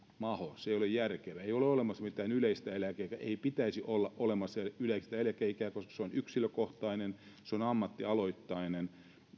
maho se ei ole järkevä ei ole olemassa mitään yleistä eläkeikää ei pitäisi olla olemassa yleistä eläkeikää koska se on yksilökohtainen se on ammattialoittainen